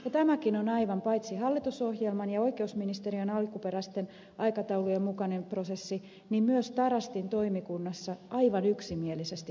tämäkin on paitsi aivan hallitusohjelman ja oikeusministeriön alkuperäisten aikataulujen mukainen prosessi myös tarastin toimikunnassa aivan yksimielisesti hyväksytty